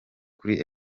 kuri